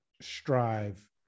strive